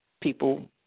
people